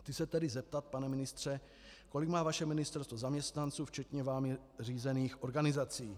Chci se tedy zeptat, pane ministře, kolik má vaše ministerstvo zaměstnanců, včetně vámi řízených organizací.